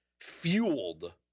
fueled